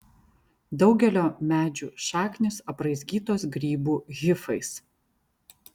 daugelio medžių šaknys apraizgytos grybų hifais